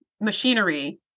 machinery